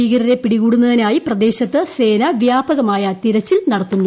ഭീകരരെ പിടിക്കൂടുന്നതിനായ് പ്രദേശത്ത് സേന വ്യാപകമായ തെരച്ചിൽ നടത്തുന്നു